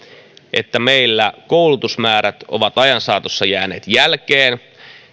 että meillä koulutusmäärät ovat ajan saatossa jääneet jälkeen